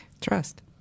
Trust